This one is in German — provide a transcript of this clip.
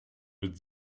mit